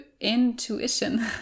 intuition